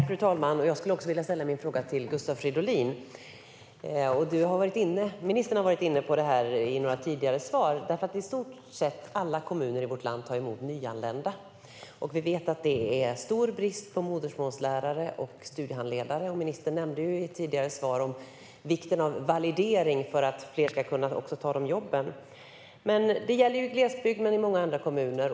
Fru talman! Jag skulle också vilja ställa en fråga till Gustav Fridolin som ministern har varit inne på i några tidigare svar. I stort sett alla kommuner i vårt land tar emot nyanlända, och vi vet att det är stor brist på modersmålslärare och studiehandledare. Ministern nämnde i ett tidigare svar vikten av validering för att fler ska kunna ta de jobben i glesbygd men också i större kommuner.